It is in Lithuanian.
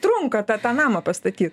trunka tą tą namą pastatyt